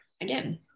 again